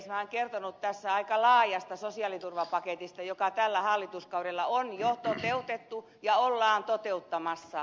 minähän olen kertonut tässä aika laajasta sosiaaliturvapaketista joka tällä hallituskaudella on jo toteutettu ja ollaan toteuttamassa